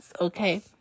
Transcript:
Okay